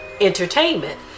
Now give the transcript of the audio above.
entertainment